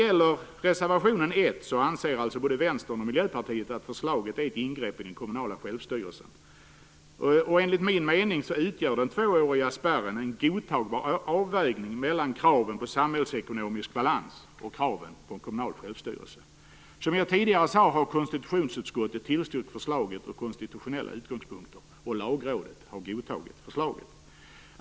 Enligt reservationen 1 anser alltså både Vänstern och Miljöpartiet att förslaget är ett ingrepp i den kommunala självstyrelsen. Enligt min mening utgör den tvååriga spärren en godtagbar avvägning mellan kraven på samhällsekonomisk balans och kraven på kommunal självstyrelse. Som jag tidigare sade har konstitutionsutskottet tillstyrkt förslaget från konstitutionell utgångspunkt och Lagrådet har godtagit förslaget.